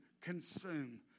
consume